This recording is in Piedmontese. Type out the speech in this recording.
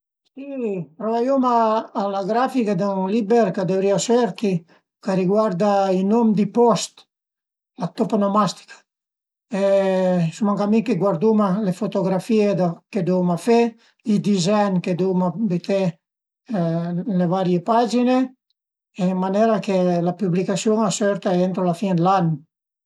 E travaiuma a la grafica d'ün liber ch'a dëvrìa sörti, ch'a riguarda i nom di post, la toponomastica, e suma ën camin chi guarduma le fotografie che duvuma fe, i dizegn che duvuma büté ën le varie pagine ën manera che la püblicasiun a sörta ëntro la fin dë l'ani